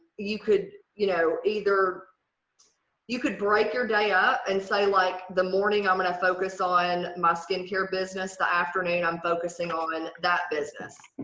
you could you know either you could break your day up and say like the morning i'm going to focus on my skincare business the afternoon i'm focusing on that business.